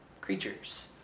creatures